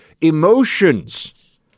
emotions